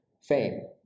fame